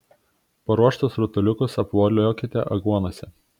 paruoštus rutuliukus apvoliokite aguonose